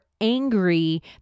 angry